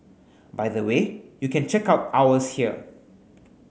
by the way you can check out ours here